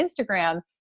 Instagram